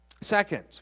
Second